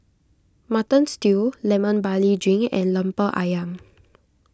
Mutton Stew Lemon Barley Drink and Lemper Ayam